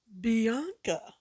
Bianca